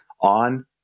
on